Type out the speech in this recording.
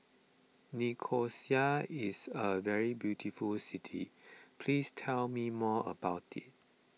Nicosia is a very beautiful city please tell me more about it